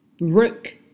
rook